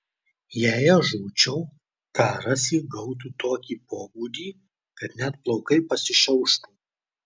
jei aš žūčiau karas įgautų tokį pobūdį kad net plaukai pasišiauštų